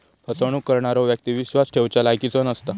फसवणूक करणारो व्यक्ती विश्वास ठेवच्या लायकीचो नसता